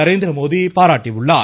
நரேந்திரமோடி பாராட்டியுள்ளார்